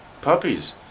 puppies